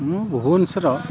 ମୁଁ ଭୁବନେଶ୍ୱର